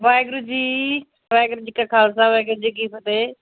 ਵਾਹਿਗੁਰੂ ਜੀ ਵਾਹਿਗੁਰੂ ਜੀ ਕਾ ਖ਼ਾਲਸਾ ਵਾਹਿਗੁਰੂ ਜੀ ਕੀ ਫਤਿਹ